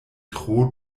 tro